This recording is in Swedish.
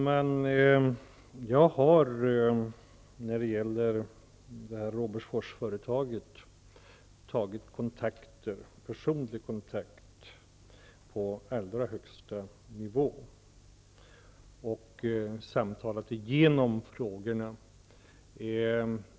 Herr talman! När det gäller Robertforsföretaget har jag tagit personlig kontakt på allra högsta nivå och samtalat igenom frågorna.